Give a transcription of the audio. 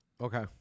Okay